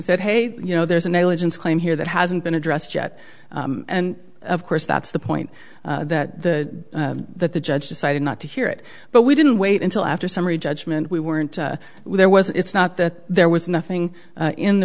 said hey you know there's a negligence claim here that hasn't been addressed yet and of course that's the point that the that the judge decided not to hear it but we didn't wait until after summary judgment we weren't there was it's not that there was nothing in the